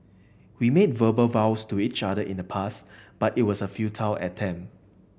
we made verbal vows to each other in the past but it was a futile attempt